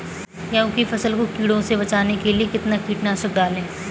गेहूँ की फसल को कीड़ों से बचाने के लिए कितना कीटनाशक डालें?